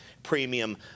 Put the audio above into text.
premium